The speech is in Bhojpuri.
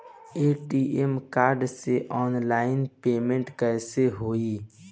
ए.टी.एम कार्ड से ऑनलाइन पेमेंट कैसे होई?